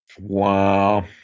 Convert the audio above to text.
Wow